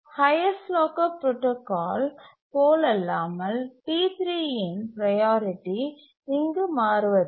highest locker protocol போலல்லாமல் T3இன் priority இங்கு மாறுவதில்லை